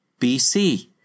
BC